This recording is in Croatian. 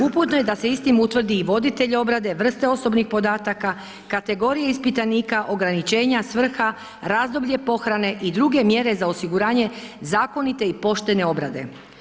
Uputno je da se istim utvrdi i voditelj obrade, vrste osobnih podataka, kategorije ispitanika, ograničenja, svrha, razdoblje pohrane i druge mjere za osiguranje zakonite i poštene obrade.